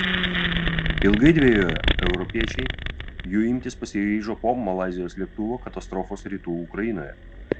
ilgai dvejoję europiečiai jų imtis pasiryžo po malaizijos lėktuvo katastrofos rytų ukrainoje